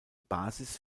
basis